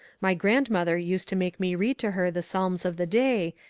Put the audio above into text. my grandmother used to make me read to her the psahns of the day,